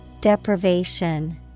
Deprivation